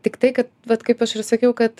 tiktai kad vat kaip aš išsakiau kad